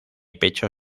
pecho